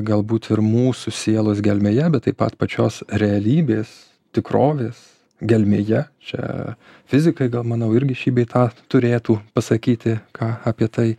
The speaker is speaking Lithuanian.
galbūt ir mūsų sielos gelmėje bet taip pat pačios realybės tikrovės gelmėje čia fizikai gal manau irgi šį bei tą turėtų pasakyti ką apie tai